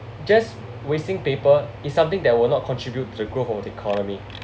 just wasting paper is something that will not contribute to the growth of the economy